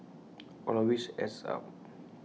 all of which adds up